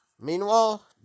Meanwhile